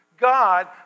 God